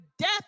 death